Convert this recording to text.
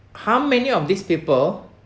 how many of these people